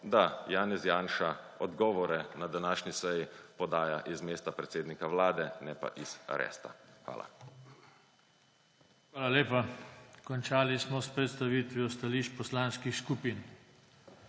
da Janez Janša odgovore na današnji seji podaja iz mesta predsednika Vlade, ne pa iz aresta. Hvala. **PODPREDSEDNIK JOŽE TANKO:** Hvala lepa. Končali smo s predstavitvijo stališč poslanskih skupin.